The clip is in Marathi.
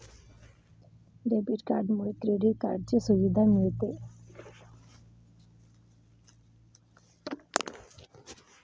डेबिट कार्डमुळे क्रेडिट कार्डची सुविधा मिळते